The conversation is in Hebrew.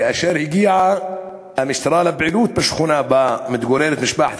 כאשר הגיעה המשטרה לפעילות בשכונה שבה מתגוררת משפחת